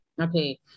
okay